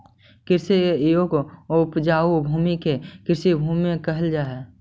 कृषि के योग्य उपजाऊ भूमि के कृषिभूमि कहल जा हई